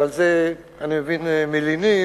ועל זה אני מבין מלינים.